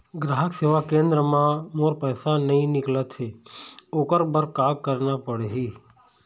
ग्राहक सेवा केंद्र म मोर पैसा नई निकलत हे, ओकर बर का करना पढ़हि?